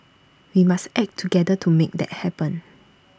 we must act together to make that happen